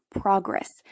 progress